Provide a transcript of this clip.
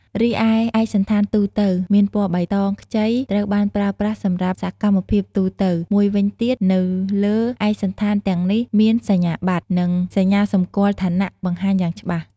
រីឯឯកសណ្ឋានទូទៅ មានពណ៌បៃតងខ្ចីត្រូវបានប្រើប្រាស់សម្រាប់សកម្មភាពទូទៅ មួយវិញទៀតនៅលើឯកសណ្ឋានទាំងនេះ មានសញ្ញាបត្រ និងសញ្ញាសម្គាល់ឋានៈបង្ហាញយ៉ាងច្បាស់។